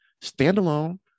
Standalone